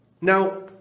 Now